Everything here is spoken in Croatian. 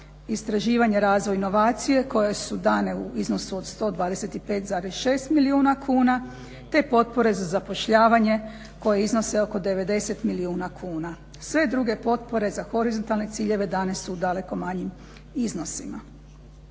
istraživanje, razvoj inovacije koje su dane u iznosu od 125,6 milijuna kuna te potpore za zapošljavanje koje iznose oko 90 milijuna kuna. Sve druge potpore za horizontalne ciljeve dane su daleko manjim iznosima.